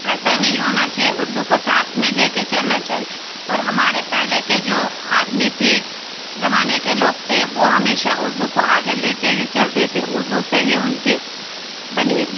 ایسا نہیں ہونا چاہیے اردو کو ساتھ میں لے کے چلنا چاہیے اور ہمارے پہلے کے جو آدمی تھے زمانے کے لوگ تھے وہ ہمیشہ اردو کو آگے لے کے ہی چلتے تھے اردو سے ہی ان کی بنی